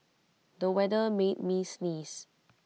the weather made me sneeze